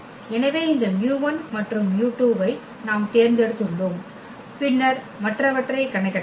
எனவே இந்த μ1 மற்றும் μ2 ஐ நாம் தேர்ந்தெடுத்துள்ளோம் பின்னர் மற்றவற்றை கணக்கிடலாம்